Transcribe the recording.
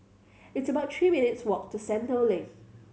it's about three minutes' walk to Sentul Link